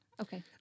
Okay